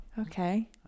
okay